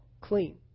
clean